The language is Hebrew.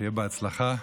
שיהיה בהצלחה.